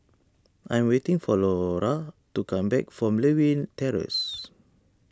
I'm waiting for Lora to come back from Lewin Terrace